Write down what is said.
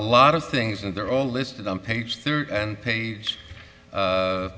lot of things and they're all listed on page thirty and page